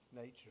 nature